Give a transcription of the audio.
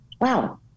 wow